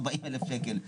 או 40,000 שקלים.